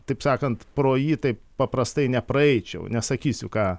taip sakant pro jį taip paprastai nepraeičiau nesakysiu ką